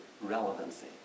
Relevancy